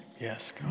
yes